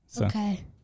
Okay